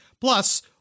Plus